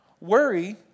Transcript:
Worry